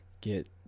get